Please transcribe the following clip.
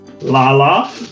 Lala